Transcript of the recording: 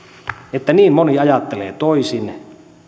että niin moni ajattelee toisin